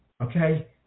okay